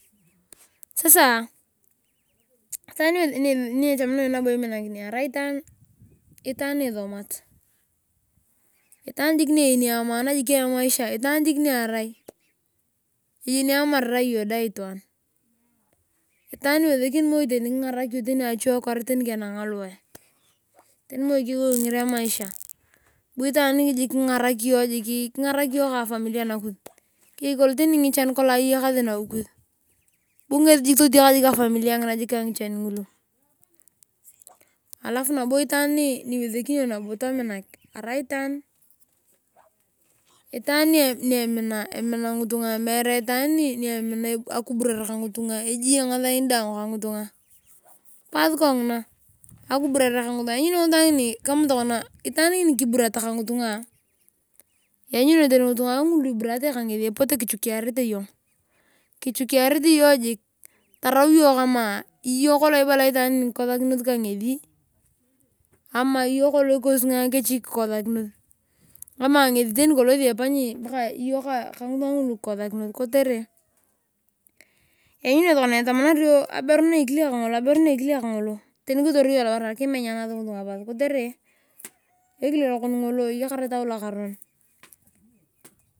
Sasa itaan nichamakina nabo yong iminakini arai itaana nisomat. Itaan jiik nienyeni amaan jik emaisha itaan jik niarai eyeni irai iyong dae itaan itaani nuresekini moi tani kingarak yong tani ache kwaar teni kenang aluwae teni moi kegagonger emaisha by. itwaan rigirii jik kingaraka kingarak jik yo ka afaimilia nakus keyei kolong tani ngichen eyakasi nawi kus bu ngesi jiik totiak jik afamilia ngina jik ka ngichan ngulu. Alafu nabo itwaan niwesekiri iyong nabo tominak arai itwaan. Itwaan ni emina ngitunga meere itaan ni emina akiburare kangitunga ajie ngasani daang ka ngitunga pas kongina akiburare kongitunga lanyuni itwaan ngin i kama tokoria itaani ngiri kiburata kangitangaa lanyuni yong tani ngitunga ngulu iburate kangese epote kichukirate iiyong. Kichukiarete iyong jik. Tarau yong kama iyong kolo ibala itwaan ngiri kikosakinos ka ngesi ama iyong kolong ikosingae keshi kikosakinois. Ama ngesi tani kolong efanyi iyong ka ngitunga ngulu kokosakinos kotere lanyuni yong tokona etamararaberu na ekile kangol. aberu akile kangol tani kitoru iyong lobarbar kimenyakesi ngitunga pas kotere ekile lokon ngolo eyakar etau lokaronon.